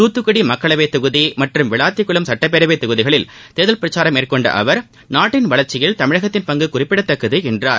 துத்துக்குடி மக்களவை தொகுதி மற்றும் விளாத்திக்குளம் சுட்டப்பேரவைத் தொகுதிகளில் தேர்தல் பிரச்சாரம் மேற்கொண்ட அவர் நாட்டின் வளர்ச்சியில் தமிழகத்தின் பங்கு குறிப்பிடத்தக்கது என்றார்